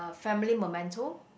a family momento